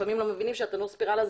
לפעמים לא מבינים שתנור הספיראלה,